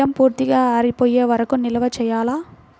బియ్యం పూర్తిగా ఆరిపోయే వరకు నిల్వ చేయాలా?